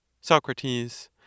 Socrates